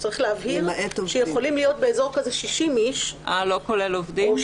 צריך להבהיר שיכולים להיות באזור כזה 60 איש או 70,